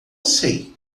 sei